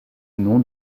nom